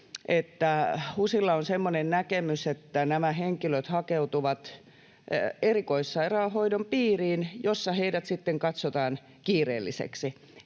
HUSilla on semmoinen näkemys, että nämä henkilöt hakeutuvat erikoissairaanhoidon piiriin, jossa heidät sitten katsotaan kiireelliseksi.